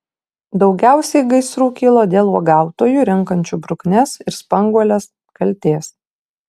daugiausiai gaisrų kilo dėl uogautojų renkančių bruknes ir spanguoles kaltės